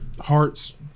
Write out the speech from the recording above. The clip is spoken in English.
Hearts